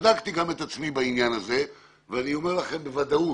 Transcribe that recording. בדקתי גם את עצמי בעניין הזה ואני אומר לכם בוודאות,